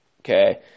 Okay